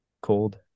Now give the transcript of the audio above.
cold